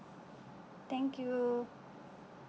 thank you